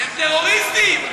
הם טרוריסטים.